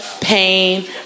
pain